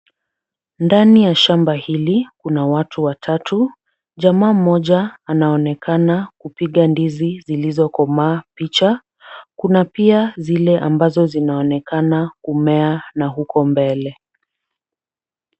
Ndani ya shamba hili kuna watu watatu jamaa mmoja anaonekana kupika ndizi zilizokomaa picha. Kuna pia zile zinazoonekana kumea na huko mbele.